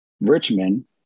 Richmond